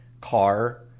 car